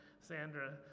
Sandra